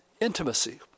intimacy